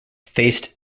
faced